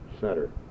center